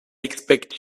expect